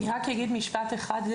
אני רק אגיד משפט אחד,